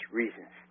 reasons